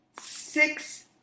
six